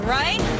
right